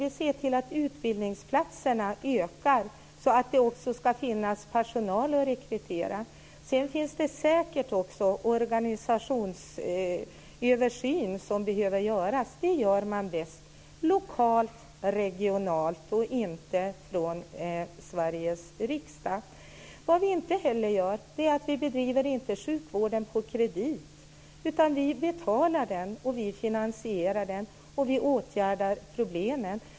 Vi ser till att antalet utbildningsplatser ökar så att det ska finnas personal att rekrytera. Sedan behöver det säkert också göras en organisationsöversyn, och det gör man bäst lokalt, regionalt och inte från Sveriges riksdag. Vad vi inte heller gör är att bedriva sjukvården på kredit. Vi betalar den, vi finansierar den och vi åtgärdar problemen.